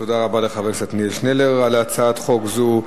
תודה רבה לחבר הכנסת עתניאל שנלר על הצעת חוק זו.